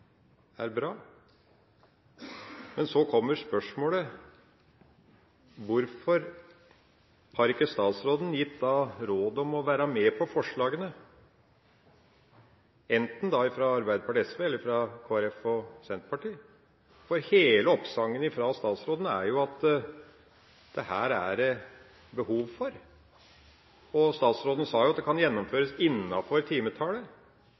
er bra. Men så kommer spørsmålet: Hvorfor har ikke statsråden gitt det råd å være med på forslagene, enten fra Arbeiderpartiet og SV eller fra Kristelig Folkeparti og Senterpartiet? For hele oppsangen fra statsråden er at dette er det behov for, og statsråden sa at det kan gjennomføres innenfor timetallet